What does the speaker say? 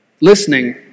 listening